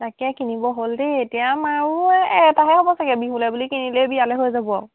তাকে কিনিব হ'ল দেই এতিয়া আমাৰো আৰু এটাহে হ'ব চাগে বিহুলে বুলি কিনিলেই বিয়ালেই হৈ যাব আৰু